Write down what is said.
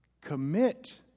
Commit